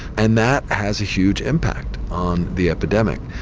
and that has a huge impact on the epidemic.